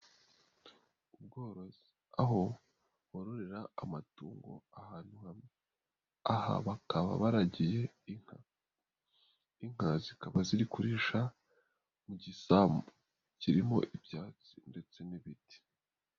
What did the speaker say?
Ubworozi aho bororera amatungo ahantu hamwe, aha bakaba baragiye inka, inka zikaba ziri kurisha mu gisambu kirimo ibyatsi ndetse n'ibiti.